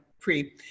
pre